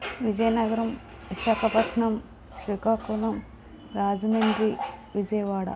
Vizianagaram Visakhapatnam Srikakulam Rajahmundry Vijayawada